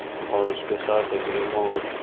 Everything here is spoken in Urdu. اور اس کے ساتھ ایک ریموٹ